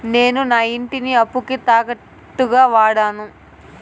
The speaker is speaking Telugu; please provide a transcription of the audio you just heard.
నేను నా ఇంటిని అప్పుకి తాకట్టుగా వాడాను